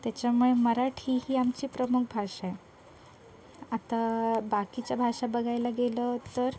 त्याच्यामुळे मराठी ही आमची प्रमुख भाषा आहे आता बाकीच्या भाषा बघायला गेलं तर